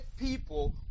people